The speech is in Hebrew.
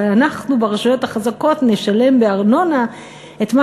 ואנחנו ברשויות החזקות נשלם בארנונה את מה